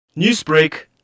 Newsbreak